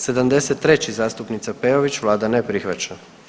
73., zastupnica Peović, Vlada ne prihvaća.